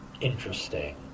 interesting